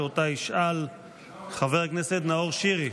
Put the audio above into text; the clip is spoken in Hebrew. שאותה ישאל חבר הכנסת נאור שירי,